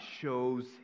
shows